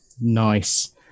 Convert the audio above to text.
nice